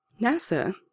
NASA